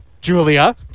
Julia